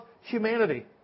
humanity